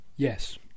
yes